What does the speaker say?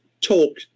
talk